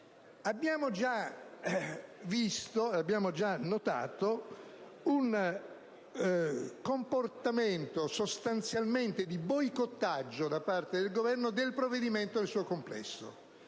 Abbiamo già notato un comportamento sostanzialmente di boicottaggio da parte del Governo sul provvedimento nel suo complesso.